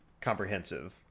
comprehensive